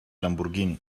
lamborghini